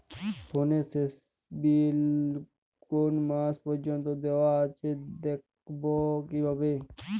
ফোনের শেষ বিল কোন মাস পর্যন্ত দেওয়া আছে দেখবো কিভাবে?